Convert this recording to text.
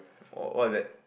what is that